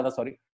Sorry